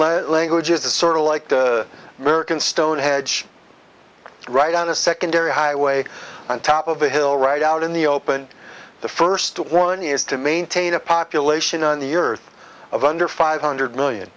language is a sort of like to american stonehenge right on a secondary highway on top of a hill right out in the open the first one is to maintain a population on the earth of under five hundred million